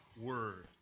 word